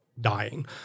dying